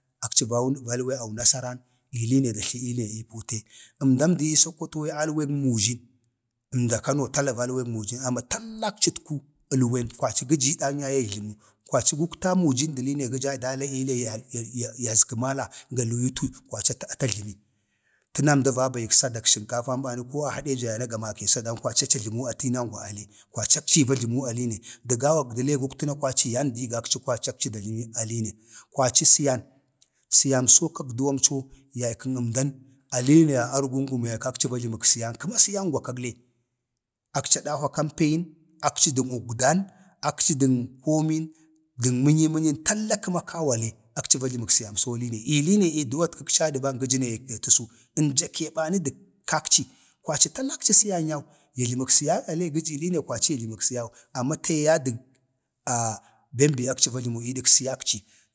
﻿akci valwen awunasa ran, ii liine datlə ii pute. əmdamdi ii sakkwato yi alwen mujin, əmdak kano tala valwen mujin amma tala tallakcitku əlwen, kwaci gə jii danyaye yajləmu kwaci guktaa mujin də liine gə jaa dala ii le la yazamala, ga luyitu kwaci atə jləmi, əna əmda va bayik sadak sənkafan bani ko a hadeja yana ga makee sadan kwaci aci ajləmi kwaci aci ajləmi a tiinangwa ale, də gawa kwaci gəktu na yandə liine kwaci siyan, siyamso kak duwamco, yaykən əmdan a liine a argungum yay kakci va jləmək siyan kəma siyanwa kag le, aki adahwa kampayin akci dən əgwdan, akci dən komin dən mənyimənyən talla kəma kawa ale, akci va jləmək siyams aleene ii duwatkak cadi baga jə na ya təsu ənjake bani dək kakci ya jləmək siyan ale kwaci gəji liine ya jləmək siyan amma tee yaye dən bem be akci va jlamu iidak siyakci,